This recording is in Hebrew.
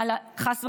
חס וחלילה,